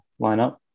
lineup